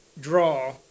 draw